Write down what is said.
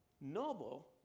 noble